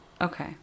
Okay